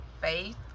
faith